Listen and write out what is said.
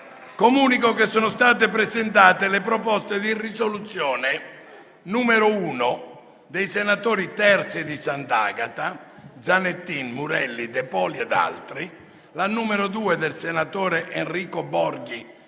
Comunico che sono state presentate le proposte di risoluzione n. 1, dal senatore Terzi di Sant'Agata, Zanettin, Murelli, De Poli e da altri senatori, n. 2, dal senatore Borghi